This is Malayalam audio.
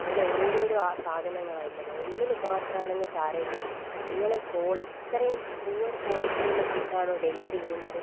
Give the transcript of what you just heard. അങ്ങനെ ഓരോരോ ആ സാധനങ്ങളാണ് ഉള്ളത് ഒന്നിൽ മാത്രമാണെങ്കിൽ സാരമില്ല നിങ്ങളെ ക്വാളിറ്റി ഇത്രയും പുവർ ക്വാളിറ്റിയുള്ള ഫുഡ് ആണോ ഡെലിവറി ചെയ്യുന്നത്